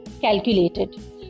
calculated